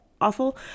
awful